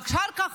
ואחר כך,